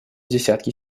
десятки